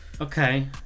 okay